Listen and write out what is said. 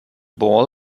ball